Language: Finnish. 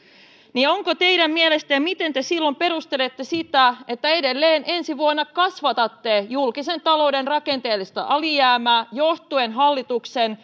onko teidän mielestänne ja miten te silloin perustelette sitä että edelleen ensi vuonna kasvatatte julkisen talouden rakenteellista alijäämää johtuen hallituksen